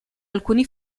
alcuni